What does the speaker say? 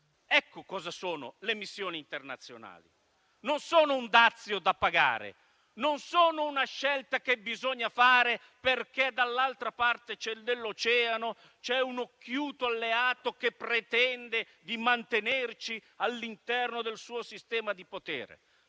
Ecco cosa sono le missioni internazionali: non un dazio da pagare o una scelta che bisogna fare perché dall'altra parte dell'oceano c'è un occhiuto alleato che pretende di mantenerci all'interno del suo sistema di potere;